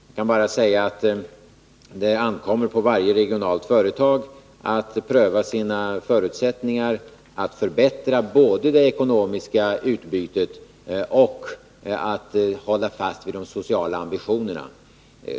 Jag kan bara säga att det ankommer på varje regionalt företag att pröva sina förutsättningar att både förbättra det ekonomiska utbytet och hålla fast vid de sociala ambitionerna.